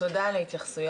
תודה על ההתייחסויות.